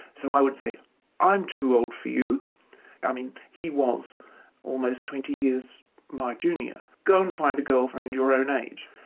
so i would say i'm too old for you i mean he was almost twenty years my junior, go and find a girlfriend your own age.